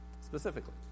specifically